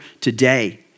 today